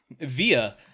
via